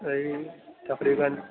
یہی تقریباً